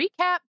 recap